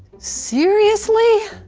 seriously?